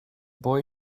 boy